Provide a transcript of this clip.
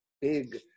big